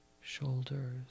Shoulders